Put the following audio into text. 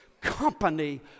company